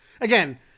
Again